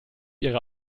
ihre